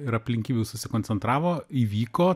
ir aplinkybių susikoncentravo įvyko